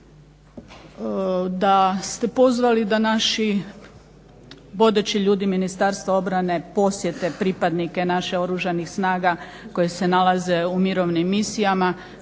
Da ste pozvali da naši vodeći ljudi Ministarstva obrane posjete pripadnike naše Oružanih snaga koji se nalaze u mirovnim misijama,